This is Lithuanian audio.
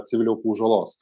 civilių aukų žalos